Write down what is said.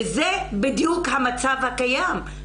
וזה בדיוק המצב הקיים,